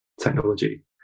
technology